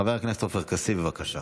חבר הכנסת עופר כסיף, בבקשה.